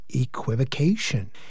equivocation